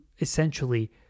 essentially